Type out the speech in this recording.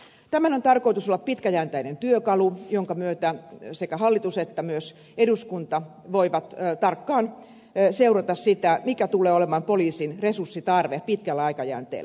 tämän on tarkoitus olla pitkäjänteinen työkalu jonka myötä sekä hallitus että myös eduskunta voivat tarkkaan seurata sitä mikä tulee olemaan poliisin resurssitarve pitkällä aikajänteellä